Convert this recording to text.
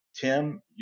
Tim